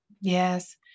Yes